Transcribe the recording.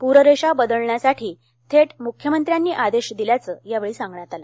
पूररेषा बदलण्यासाठी थेट मुख्यमंत्र्यांनी आदेश दिल्याचं यावेळी सांगण्यात आलं